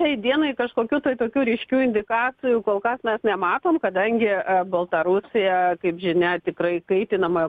šiai dienai kažkokių tai tokių ryškių indikacijų kol kas mes nematom kadangi baltarusija kaip žinia tikrai kaitinamojo